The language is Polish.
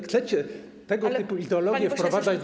Chcecie tego typu ideologię wprowadzać do.